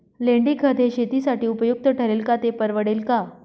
लेंडीखत हे शेतीसाठी उपयुक्त ठरेल का, ते परवडेल का?